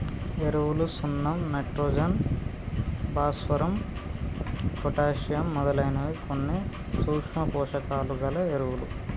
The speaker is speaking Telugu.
ఎరువులు సున్నం నైట్రోజన్, భాస్వరం, పొటాషియమ్ మొదలైనవి కొన్ని సూక్ష్మ పోషకాలు గల ఎరువులు